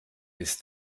bis